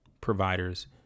providers